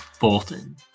Bolton